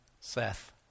Seth